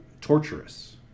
torturous